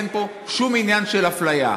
אין פה שום עניין של אפליה.